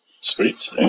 Sweet